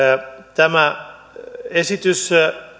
tämä esitys